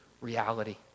reality